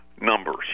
numbers